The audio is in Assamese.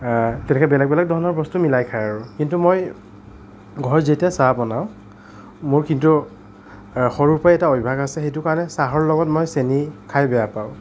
তেনেকে বেলেগ বেলেগ ধৰণৰ বস্তু মিলাই খায় আৰু কিন্তু মই ঘৰত যেতিয়া চাহ বনাওঁ মোৰ কিন্তু সৰুৰ পৰাই এটা অভ্যাস আছে সেইটো চাহৰ লগত মই চেনি খাই বেয়া পাওঁ